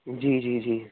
जी जी जी